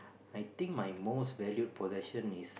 I think my most valued possession is